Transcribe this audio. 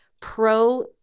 pro